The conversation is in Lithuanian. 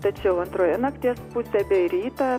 tačiau antroje nakties pusėj bei rytą